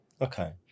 okay